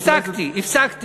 הפסקתי.